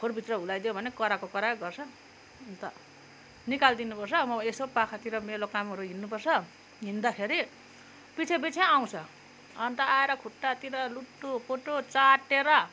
खोरभित्र हुलाइदियो भने कराएको कराएकै गर्छ अन्त निकालिदिनु पर्छ यसो पाखातिर मेलो कामहरू हिँड्नुपर्छ हिँड्दाखेरि पछि पछि आउँछ अन्त आएर खुट्टातिर लुटुपुटु चाटेर